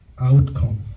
outcome